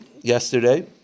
yesterday